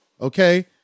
okay